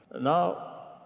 Now